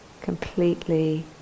completely